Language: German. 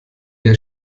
der